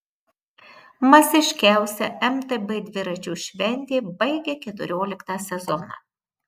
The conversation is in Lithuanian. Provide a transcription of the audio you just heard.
masiškiausia mtb dviračių šventė baigia keturioliktą sezoną